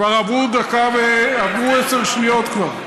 כבר עברו עשר שניות.